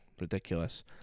ridiculous